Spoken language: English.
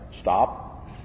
stop